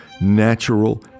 natural